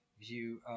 view